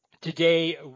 today